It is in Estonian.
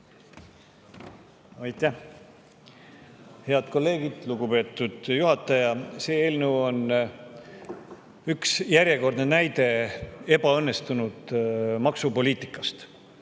Aitäh! Head kolleegid! Lugupeetud juhataja! See eelnõu on järjekordne näide ebaõnnestunud maksupoliitikast,